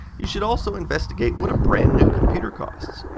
you should also investigate what a brand-new computer costs.